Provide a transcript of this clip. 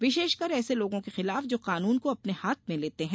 विशेषकर ऐसे लोगों के खिलाफ जो कानून को अपने हाथ में लेते हैं